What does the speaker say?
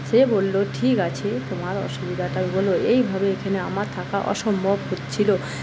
সে বললো ঠিক আছে তোমার অসুবিধাটা বলো এইভাবে এইখানে আমার থাকা অসম্ভব হচ্ছিল